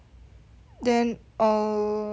then err